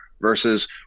versus